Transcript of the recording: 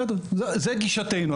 זאת גישתנו.